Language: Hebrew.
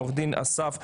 עו"ד אסף גרינבאום,